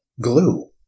glue